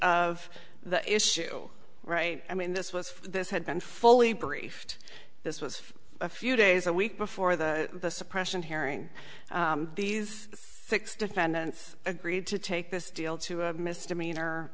of the issue right i mean this was this had been fully briefed this was a few days a week before the suppression hearing these six defendants agreed to take this deal to a misdemeanor